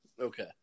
Okay